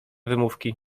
wymówki